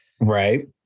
right